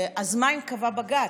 אז מה אם קבע בג"ץ?